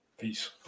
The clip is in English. Peace